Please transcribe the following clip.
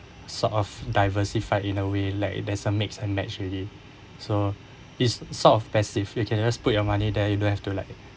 sort of diversified in a way like it doesn't mix and match already so it's sort of passive you can just put your money there you don't have to like